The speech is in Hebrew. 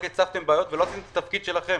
רק הצפתם בעיות ולא עשיתם את התפקיד שלכם.